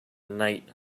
night